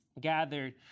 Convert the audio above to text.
gathered